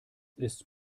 ist